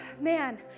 man